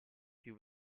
più